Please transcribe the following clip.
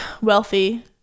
wealthy